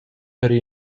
per